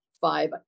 five